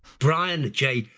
brian j.